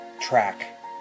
track